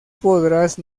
podrás